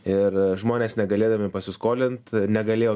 ir žmonės negalėdami pasiskolint negalėjo